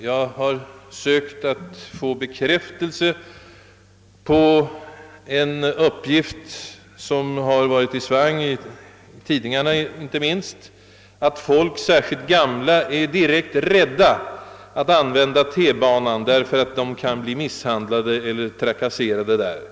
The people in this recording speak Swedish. Jag har också sökt att få möjlighet att bedöma sanningshalten i ett rykte som har varit i svang — även tidningarna har skrivit därom — att folk numera, särskilt gamla, är direkt rädda för att använda tunnelbanan därför att de kan bli misshandlade eller trakasserade där. Bl.